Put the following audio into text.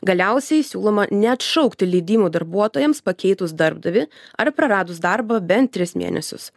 galiausiai siūloma neatšaukti leidimų darbuotojams pakeitus darbdavį ar praradus darbą bent tris mėnesius